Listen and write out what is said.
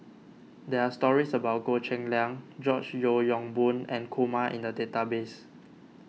there are stories about Goh Cheng Liang George Yeo Yong Boon and Kumar in the database